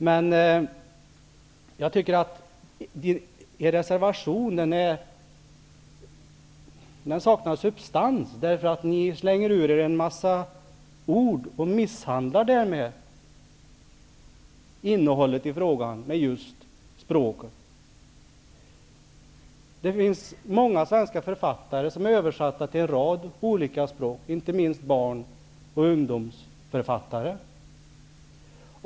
Men jag anser att Ny demokratis reservation saknar substans, därför att ni slänger ur er en massa ord och misshandlar därmed innehållet i frågan med just språket. Det finns många svenska författare som är översatta till en rad olika språk, inte minst barnoch ungdomsförfattare.